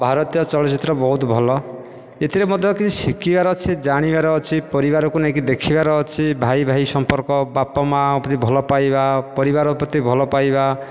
ଭାରତୀୟ ଚଳଚ୍ଚିତ୍ର ବହୁତ ଭଲ ଏଥିରେ ମଧ୍ୟ କିଛି ଶିଖିବାର ଅଛି ଜାଣିବାର ଅଛି ପରିବାରକୁ ନେଇକି ଦେଖିବାର ଅଛି ଭାଇ ଭାଇ ସମ୍ପର୍କ ବାପ ମା'ଙ୍କ ପ୍ରତି ଭଲପାଇବା ପରିବାର ପ୍ରତି ଭଲପାଇବା